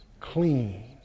clean